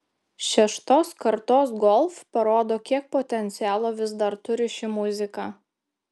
šeštos kartos golf parodo kiek potencialo vis dar turi ši muzika